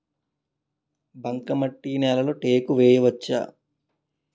బంకమట్టి నేలలో టేకు వేయవచ్చా?